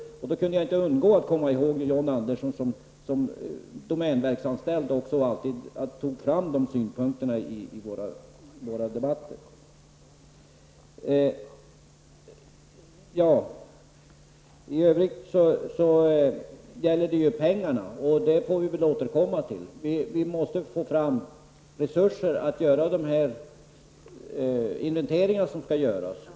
Då kunde jag inte undgå att komma ihåg hur John Andersson som domänverksanställd alltid tog fram de synpunkterna i våra debatter. I övrigt gäller det ju pengarna, och den frågan får vi väl återkomma till. Vi måste få fram resurser för att genomföra de inventeringar som skall göras.